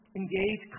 engage